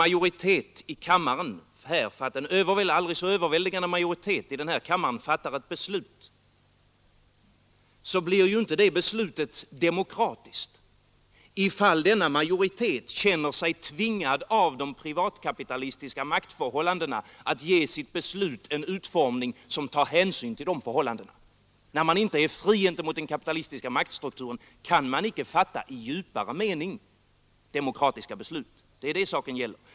Ett beslut som fattas av en aldrig så överväldigande majoritet i denna kammare blir inte demokratiskt ifall denna majoritet känner sig tvingad av de privatkapitalistiska maktförhållandena att ge sitt beslut en utformning som tar hänsyn till de förhållandena. När man inte är fri gentemot den kapitalistiska maktstrukturen kan man inte fatta i djupare mening demokratiska beslut. Det är det saken gäller.